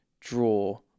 draw